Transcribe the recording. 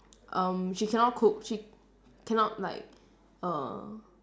um she cannot cook she cannot like err